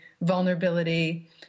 vulnerability